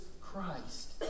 Christ